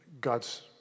God's